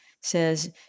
says